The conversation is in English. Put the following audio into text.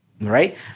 right